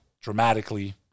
dramatically